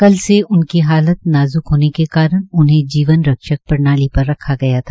कल से उनकी हालत नाज्क होने के कारण उन्हे जीवन रक्षक प्रणाली पर रखा गया था